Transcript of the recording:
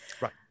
Right